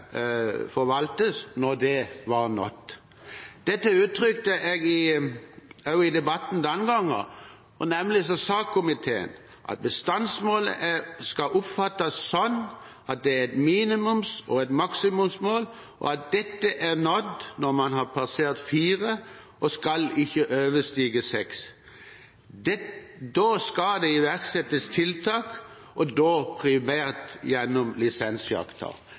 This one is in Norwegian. forvaltes når det var nådd. Dette uttrykte jeg også i debatten den gangen, og komiteen sa nemlig at bestandsmålet skal oppfattes slik at det er et minimums- og et maksimumsmål, og at dette er nådd når man har passert fire, og skal ikke overstige seks. Da skal det iverksettes tiltak, og da primært gjennom lisensjakten.